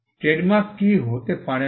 trademark কী হতে পারে না